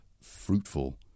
fruitful